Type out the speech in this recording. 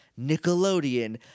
Nickelodeon